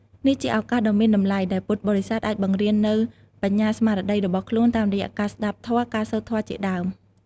នេះជាឱកាសដ៏មានតម្លៃ ដែលពុទ្ធបរិស័ទអាចបង្កើននូវបញ្ញាស្មារតីរបស់ខ្លួន តាមរយៈការស្តាប់ធម៌ និងសូត្រធម៌ជាដើម។